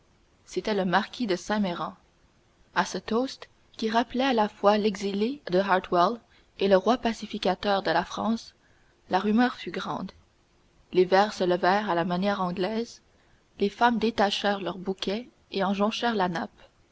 c'était le marquis de saint méran à ce toast qui rappelait à la fois l'exilé de hartwell et le roi pacificateur de la france la rumeur fut grande les verres se levèrent à la manière anglaise les femmes détachèrent leurs bouquets et en jonchèrent la nappe